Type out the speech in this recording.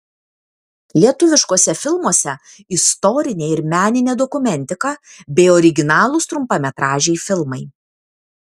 lietuviškuose filmuose istorinė ir meninė dokumentika bei originalūs trumpametražiai filmai